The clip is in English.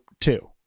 two